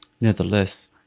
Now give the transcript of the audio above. nevertheless